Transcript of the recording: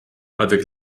avec